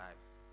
lives